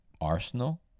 Arsenal